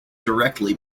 directly